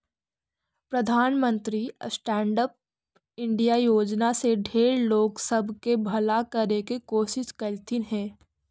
प्रधानमंत्री stand up India योजना से ढेर लोग सब के भला करे के कोशिश कयलथिन हे